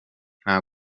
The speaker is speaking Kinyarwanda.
nta